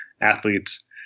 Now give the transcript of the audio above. athletes